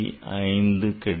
5 கிடைக்கும்